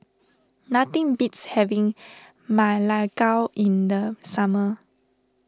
nothing beats having Ma Lai Gao in the summer